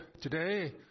today